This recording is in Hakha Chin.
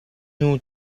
hnu